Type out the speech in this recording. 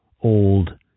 old